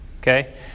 okay